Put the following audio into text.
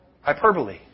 Hyperbole